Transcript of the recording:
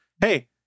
hey